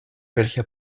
welcher